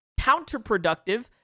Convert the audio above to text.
counterproductive